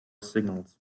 signals